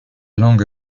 langue